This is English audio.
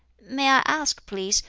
may i ask, please,